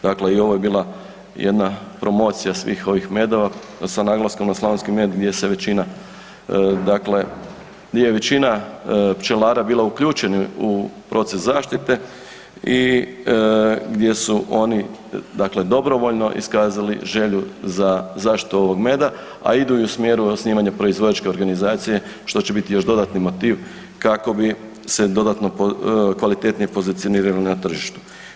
Dakle i ovo je bila jedna promocija svih ovih medova sa naglaskom na slavonski med gdje se većina dakle gdje je većina pčelara bila uključena u proces zaštite i gdje su oni dakle dobrovoljno iskazali želju za zaštitu ovog meda, a idu i u smjeru osnivanja proizvođačke organizacije što će biti još dodatni motiv kako bi se dodatno kvalitetnije pozicionirali na tržištu.